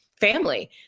family